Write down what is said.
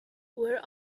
where